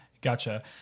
Gotcha